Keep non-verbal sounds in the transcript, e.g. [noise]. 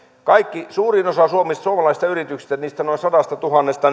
suurin osa suomalaisista yrityksistä niistä noin sadastatuhannesta [unintelligible]